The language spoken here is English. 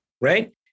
right